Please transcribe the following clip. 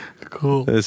cool